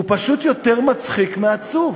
הוא פשוט יותר מצחיק מעצוב.